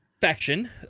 faction